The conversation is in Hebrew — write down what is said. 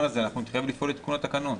הזה אנחנו נתחייב לפעול לתיקון התקנון.